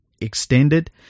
extended